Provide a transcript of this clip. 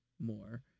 more